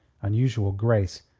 unusual grace,